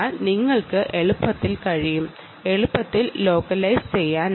നിങ്ങൾക്ക് ഇത് എളുപ്പത്തിൽ ലോക്കലൈസ് ചെയ്യാനാകും